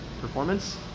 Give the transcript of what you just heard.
performance